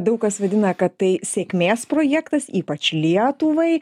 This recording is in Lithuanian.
daug kas vadina kad tai sėkmės projektas ypač lietuvai